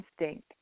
instinct